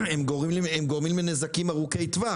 הם גורמים לנזקים ארוכי טווח.